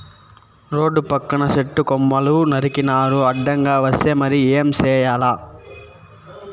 రోడ్ల పక్కన సెట్టు కొమ్మలు నరికినారు అడ్డంగా వస్తే మరి ఏం చేయాల